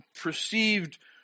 perceived